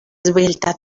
esbelta